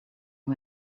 who